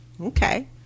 Okay